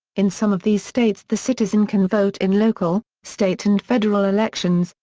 in some of these states the citizen can vote in local, state and federal elections,